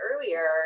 earlier